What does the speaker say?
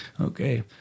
Okay